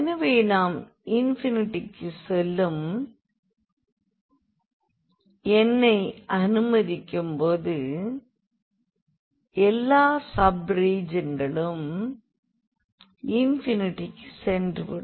எனவே நாம் இன்பினிட்டிக்கு செல்லும் n'ஐ அனுமதிக்கும் போது எல்லா சப் ரீஜியன்களும் இன்பினிட்டிக்கு சென்றுவிடும்